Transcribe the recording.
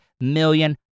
million